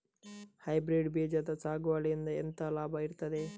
Hybrid ಬೀಜದ ಸಾಗುವಳಿಯಿಂದ ಎಂತ ಲಾಭ ಇರ್ತದೆ?